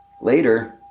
Later